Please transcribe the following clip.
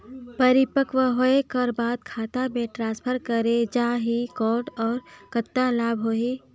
परिपक्व होय कर बाद खाता मे ट्रांसफर करे जा ही कौन और कतना लाभ होही?